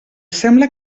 sembla